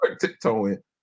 tiptoeing